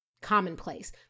commonplace